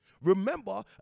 remember